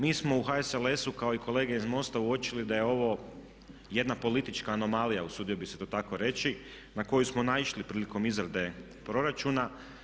Mi smo u HSLS-u kao i kolege iz MOST-a uočili da je ovo jedna politička anomalija, usudio bih se to tako reći, na koju smo našili prilikom izrade proračuna.